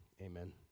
Amen